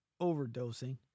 overdosing